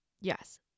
yes